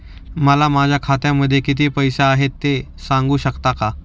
मला माझ्या खात्यामध्ये किती पैसे आहेत ते सांगू शकता का?